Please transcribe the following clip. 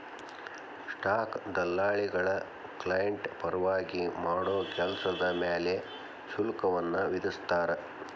stock ದಲ್ಲಾಳಿಗಳ client ಪರವಾಗಿ ಮಾಡೋ ಕೆಲ್ಸದ್ ಮ್ಯಾಲೆ ಶುಲ್ಕವನ್ನ ವಿಧಿಸ್ತಾರ